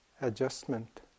adjustment